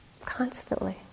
constantly